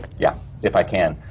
yeah, if i can.